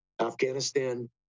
Afghanistan